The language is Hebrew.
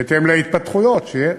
בהתאם להתפתחויות שיש.